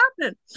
happening